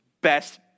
best